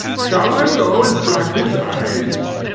shall i go and black his eyes?